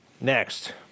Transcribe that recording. Next